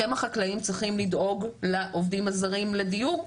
אתם החקלאים צריכים לדאוג לחקלאים הזרים לדיור,